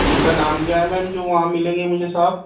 ان کا نام کیا ہے میم جو وہاں ملیں گے مجھے صاحب